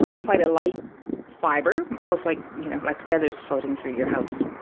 quite a light fibre, almost like you know like feathers floating through your house.